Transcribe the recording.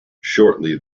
shortly